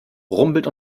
rumpelt